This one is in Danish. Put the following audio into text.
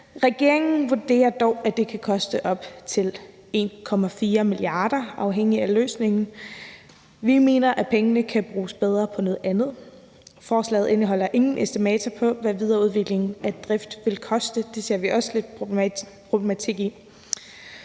Regeringen vurderer dog, at det kan koste op til 1,4 mia. kr., afhængigt af løsningen. Vi mener, at pengene kan bruges bedre på noget andet. Forslaget indeholder ingen estimater på, hvad videreudvikling og drift vil koste, og det ser vi også lidt en problematik i.